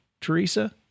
Teresa